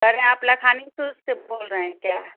कह रहे हैं आप लखानी सूज से बोल रहे हैं क्या